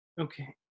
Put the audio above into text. Okay